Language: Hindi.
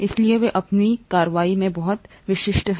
इसलिए वे अपनी कार्रवाई में बहुत विशिष्ट हैं